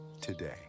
today